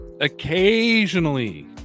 occasionally